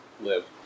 live